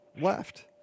left